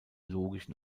logischen